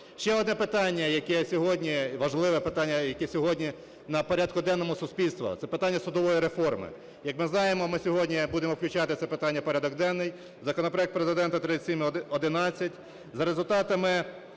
яке сьогодні, важливе питання, яке сьогодні на порядку денному суспільства, це питання судової реформи. Як ми знаємо, ми сьогодні будемо включати це питання в порядок денний, законопроект Президента 3711, за результатами